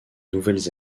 nouvelles